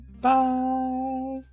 Bye